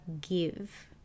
give